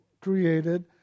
created